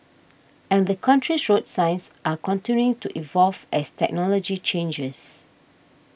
and the country's road signs are continuing to evolve as technology changes